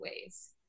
ways